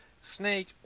snake